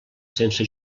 sense